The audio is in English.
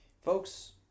Folks